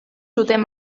zuten